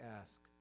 ask